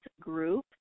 group